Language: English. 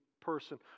person